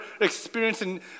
experiencing